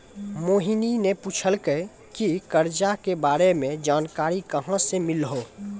मोहिनी ने पूछलकै की करजा के बारे मे जानकारी कहाँ से मिल्हौं